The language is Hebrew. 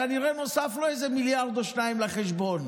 כנראה נוספו לו איזה מיליארד או שניים לחשבון,